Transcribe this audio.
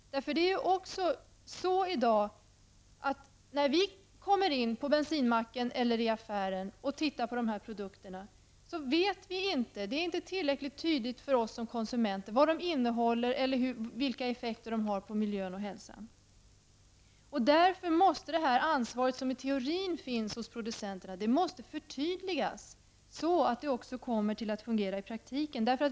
När vi i dag kommer in på bensinmacken eller i affären och ser på produkterna är det inte tillräckligt tydligt för oss som konsumenter vad de innehåller eller vilka effekter de har på miljön och hälsan. Därför måste det ansvar som producenterna i teorin har förtydligas, så att det också kommer att fungera i praktiken.